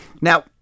Now